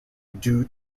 due